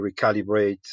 recalibrate